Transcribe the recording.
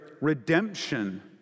redemption